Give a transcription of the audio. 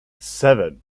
seven